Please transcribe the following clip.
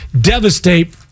devastate